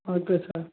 okay sir